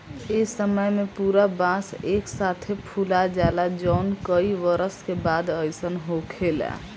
ए समय में पूरा बांस एक साथे फुला जाला जवन कई बरस के बाद अईसन होखेला